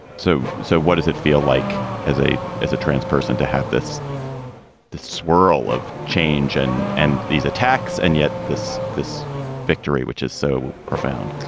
so so what does it feel like as a as a trans person to have this swirl of change and and these attacks? and yet this this victory, which is so profound?